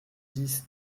dix